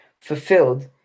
fulfilled